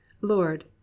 lord